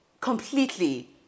completely